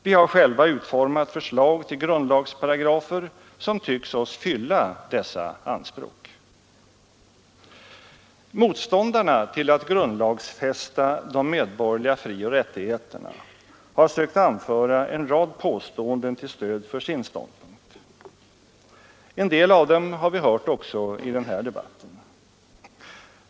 Vi har själva utformat förslag till grundlagsparagrafer som tycks oss fylla dessa anspråk. Motståndarna till att grundlagsfästa de medborgerliga frioch rättigheterna har sökt anföra en rad påståenden till stöd för sin ståndpunkt. En del av dem har vi hört också i den här debatten.